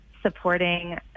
supporting